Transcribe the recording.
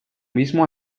mismo